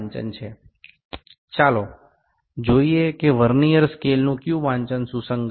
আসুন দেখি কোন ভার্নিয়ার স্কেলর পাঠটি মিলে যাচ্ছে